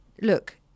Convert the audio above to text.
look